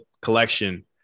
collection